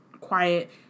quiet